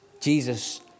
Jesus